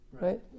Right